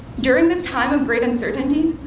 during this time of great uncertainty,